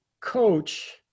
coach